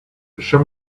show